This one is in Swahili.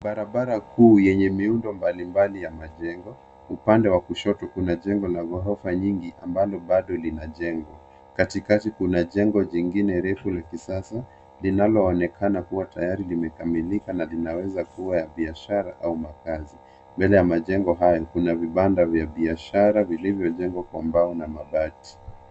Barabara kuu yenye miundo mbalimbli ya majengo. Upande wa kushoto kuna jengo la ghorofa nyingi ambalo bado linajengwa. Katikati kuna jengo jingine refu la kisasa linaloonekana kuwa tayari limekamilika na linaweza kuwa ya biashara au makazi. Mbele ya majengo hayo kuna vibanda vya biashara vilivyojengwa kwa mbao na mabati.